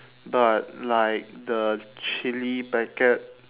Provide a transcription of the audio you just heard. but like the chilli packet